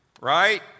right